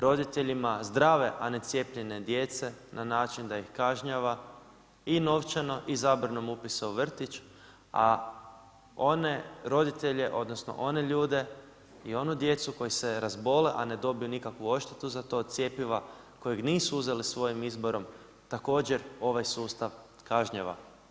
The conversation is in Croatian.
Roditeljima zdrave a ne cijepljene djece na način da ih kažnjava i novčanom i zabranom upisom u vrtić, a one roditelje odnosno one ljude i onu djecu koji se razbole a ne dobiju nikakvu odštetu za to od cjepiva kojeg nisu uzeli svojim izborom također ovaj sustav kažnjava.